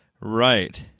Right